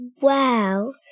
wow